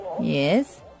Yes